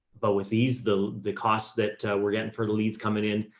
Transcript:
but with these, the, the costs that we're getting for the leads coming in,